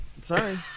Sorry